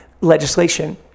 legislation